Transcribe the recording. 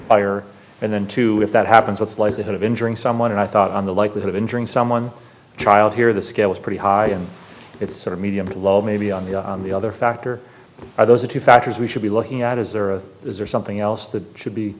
fire and then two if that happens what's likelihood of injuring someone and i thought on the likelihood of injuring someone child here the scale is pretty high and it's sort of medium low maybe on the other factor are those the two factors we should be looking at is there or is there something else that should be